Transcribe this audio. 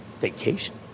vacation